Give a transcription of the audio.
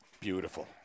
Beautiful